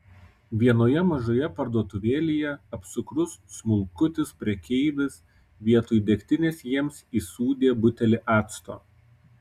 vienoje mažoje parduotuvėlėje apsukrus smulkutis prekeivis vietoj degtinės jiems įsūdė butelį acto